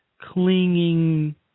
clinging